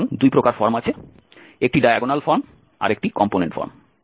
সুতরাং দুই প্রকার ফর্ম আছে একটি ডায়াগোনাল ফর্ম আরেকটি কম্পোনেন্ট ফর্ম